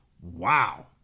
Wow